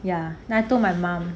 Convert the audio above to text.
ya then I told my mom